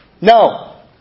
No